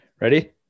Ready